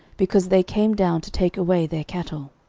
because they came down to take away their cattle.